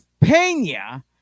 Pena